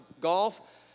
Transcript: golf